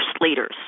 leaders